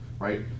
Right